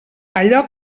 allò